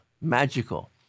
magical